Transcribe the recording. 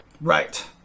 Right